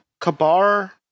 Kabar